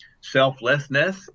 selflessness